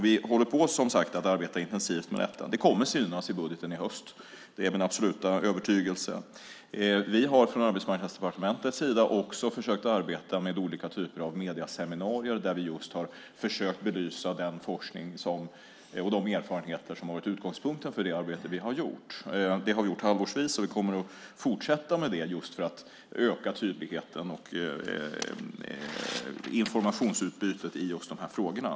Vi arbetar, som sagt, intensivt med detta. Det kommer att synas i budgeten i höst. Det är min absoluta övertygelse. Vi har från Arbetsmarknadsdepartementets sida också försökt arbeta med olika typer av medieseminarier där vi just har försökt belysa den forskning och de erfarenheter som har varit utgångspunkten för det arbete som vi har gjort. Det har vi gjort halvårsvis, och vi kommer att fortsätta med det just för att öka tydligheten och informationsutbytet i dessa frågor.